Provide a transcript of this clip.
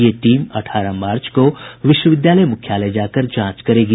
ये टीम अठारह मार्च को विश्वविद्यालय मुख्यालय जांच करेगी